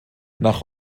nach